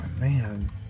Man